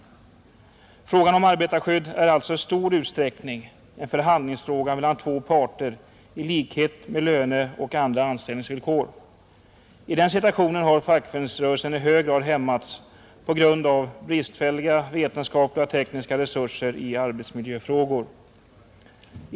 Frågan om arbetarskyddet är alltså i stor utsträckning en förhandlingsfråga mellan två parter i likhet med löneoch andra anställningsvillkor. I den situationen har fackföreningsrörelsen i hög grad hämmats av bristfälliga vetenskapliga och tekniska resurser i arbetsmiljöfrågor.